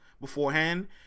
beforehand